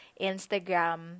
Instagram